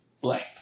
blank